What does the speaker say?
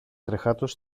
τρεχάτος